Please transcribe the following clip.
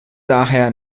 daher